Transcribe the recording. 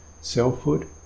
selfhood